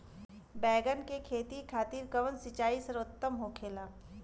बैगन के खेती खातिर कवन सिचाई सर्वोतम होखेला?